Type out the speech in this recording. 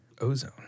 ozone